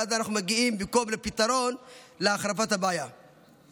ואז אנחנו מגיעים להחרפת הבעיה במקום לפתרון.